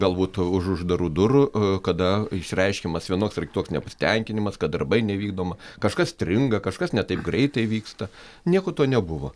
galbūt už uždarų durų kada išreiškiamas vienoks ar kitoks nepasitenkinimas kad darbai nevykdoma kažkas stringa kažkas ne taip greitai vyksta nieko to nebuvo